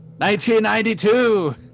1992